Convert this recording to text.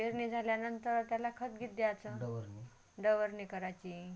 पेरणी झाल्यानंतर त्याला खतगित द्यायचं डवरणी करायची